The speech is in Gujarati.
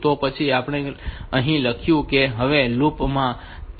તો પછી આપણે અહીં લખ્યું છે કે આ હવે લૂપ માં છે